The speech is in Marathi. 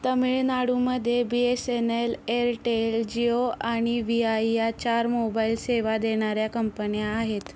तमिळनाडूमध्ये B S N L Airtel Jio आणि व्ही आय या चार मोबाईल सेवा देणाऱ्या कंपन्या आहेत